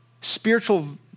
spiritual